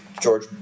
George